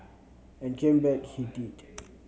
and came back he did